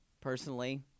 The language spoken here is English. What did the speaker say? personally